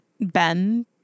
Ben